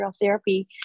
therapy